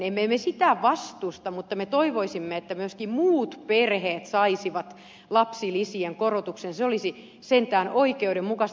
emme me sitä vastusta mutta me toivoisimme että myöskin muut perheet saisivat lapsilisien korotuksen se olisi sentään oikeudenmukaista